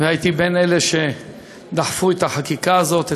הייתי בין אלה שדחפו את החקיקה הזאת,